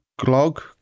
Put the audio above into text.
Glog